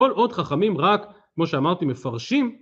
כל עוד חכמים רק, כמו שאמרתי, מפרשים,